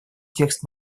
текст